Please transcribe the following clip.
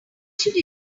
should